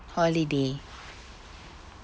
holiday